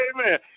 amen